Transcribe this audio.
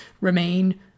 remain